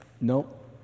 Nope